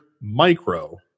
Micro